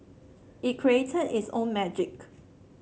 it created its own magic